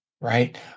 Right